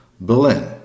Berlin